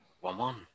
one-one